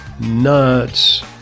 nuts